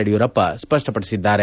Yediyurappa ಸ್ಪಪ್ಪಪಡಿಸಿದ್ದಾರೆ